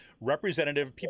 representative